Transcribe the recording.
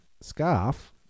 scarf